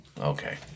Okay